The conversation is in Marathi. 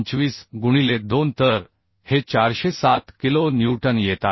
25 गुणिले 2 तर हे 407 किलो न्यूटन येत आहे